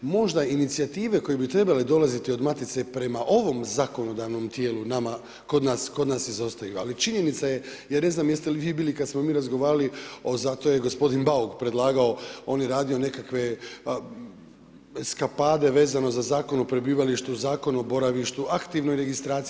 Možda inicijative koje bi trebale dolaziti od Matice prema ovom zakonodavnom tijelu kod nas izostaju, ali činjenica je, ja ne znam jeste li vi bili kad smo mi razgovarali, zato je gospodin Bauk predlagao, on je radio nekakve eskapade vezano za Zakon o prebivalištu, Zakon o boravištu, aktivnoj registraciji.